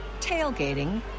tailgating